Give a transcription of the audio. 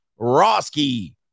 Roski